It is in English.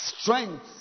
strength